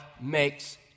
makes